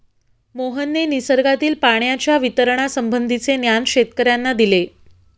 मोहनने निसर्गातील पाण्याच्या वितरणासंबंधीचे ज्ञान शेतकर्यांना दिले